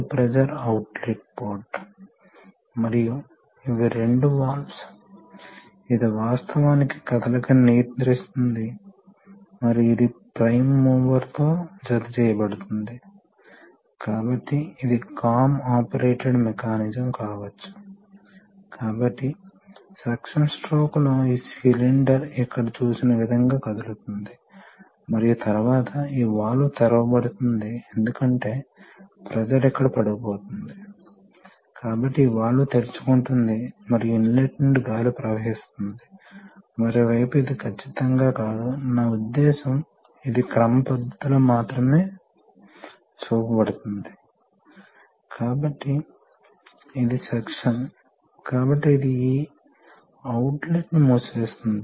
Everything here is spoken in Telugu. మరోవైపు మీరు కనెక్ట్ చేస్తే మీరు ఈ విధంగా తరలిస్తే ఇది ఈ పోర్టుకు అనుసంధానించబడుతుంది కాబట్టి ఇది స్పూల్ షిఫ్ట్ అయ్యేలా చేస్తుంది ఈ సందర్భంలో ఈ ఫీడ్బ్యాక్ కారణంగా ఇది ఒక నిర్దిష్ట దూరాన్ని మాత్రమే తరలిస్తుంది కాబట్టి ఫోర్స్ కంట్రోల్ విషయంలోఇది చూస్తారు Refer Slide Time 2713 stroke controlled solenoid విషయంలో మీరు ఒక పొజిషన్ ట్రాన్స్డ్యూసర్ ని ఉంచారు మరియు స్ట్రోక్ కు ఫీడ్ బ్యాక్ ఇస్తారు ఆ సందర్భంలో మీరు ఈ లక్షణాన్ని చూడవచ్చు ఫీడ్ బ్యాక్ వ్యవస్థ వల్ల వాల్వ్ యొక్క లక్షణం చాలా దగ్గరగా నియంత్రించబడదు కాని పొజిషన్ ట్రాన్స్డ్యూసర్ ఖచ్చితత్వం చాలా ముఖ్యమైనది మరియు మొత్తం ప్రపోర్షనల్ సోలినాయిడ్ యొక్క లక్షణం ఇప్పటికీ అలాగే స్థిరంగా ఉంటుంది